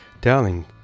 Darling